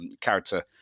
character